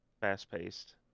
fast-paced